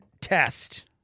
test